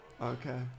okay